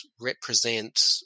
represent